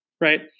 right